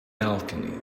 balcony